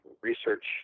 research